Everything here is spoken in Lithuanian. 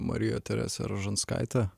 marija teresė rožanskaitė